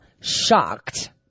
shocked